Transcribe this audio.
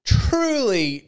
truly